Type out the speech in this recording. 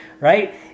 right